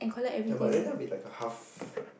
ya but then that will be like a half